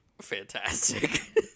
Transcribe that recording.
Fantastic